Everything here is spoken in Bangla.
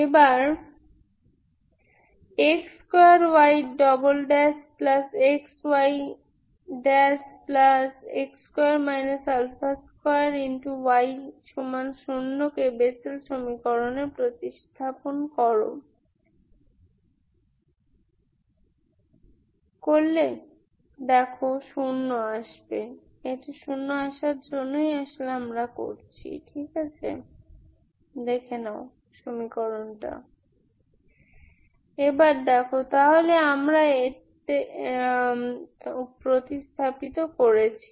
এবার x2yxyx2 2y0 কে বেসেল সমীকরণে প্রতিস্থাপন করো AJnx2AxJnxAx2Jnxlog x nn1x nk0dkxk nx nk1kdkxk nx nk1kdkxk x nk2kdkxkAJnxAx Jnxlog x nx nk0dkx x nk2kdkxkAJnxlog⁡x nk0dkxk0 পেতে সুতরাং এটাই আমি এতে প্রতিস্থাপিত করেছি